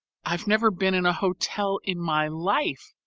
i've never been in a hotel in my life,